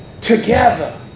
together